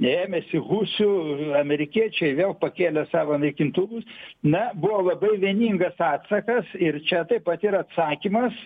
ėmėsi husių amerikiečiai vėl pakėlė savo naikintuvus na buvo labai vieningas atsakas ir čia taip pat yra atsakymas